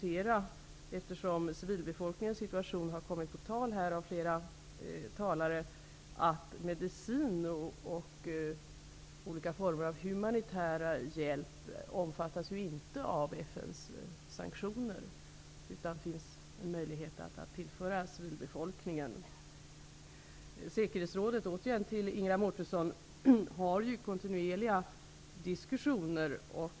Eftersom civilbefolkningens situation har kommit på tal här, tycker jag att det är viktigt att notera att medicin och olika former av humanitär hjälp inte omfattas av FN:s sanktioner, utan det finns möjlighet att tillföra civilbefolkningen detta. Jag vill till Ingela Mårtensson säga att säkerhetsrådet har kontinuerliga diskussioner.